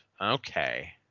Okay